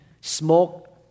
smoke